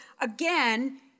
again